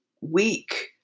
weak